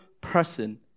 person